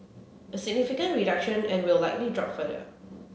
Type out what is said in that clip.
a significant reduction and will likely drop further